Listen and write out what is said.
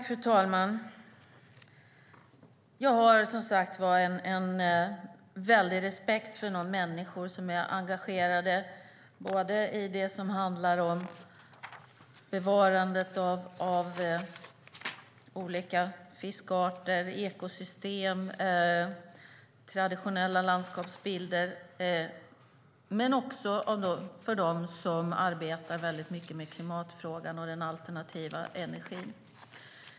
Fru talman! Jag har som sagt en väldig respekt för de människor som är engagerade både i det som handlar om bevarandet av olika fiskarter, ekosystem och traditionella landskapsbilder och för dem som arbetar mycket med klimatfrågan och den alternativa energin.